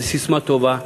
זו ססמה טובה,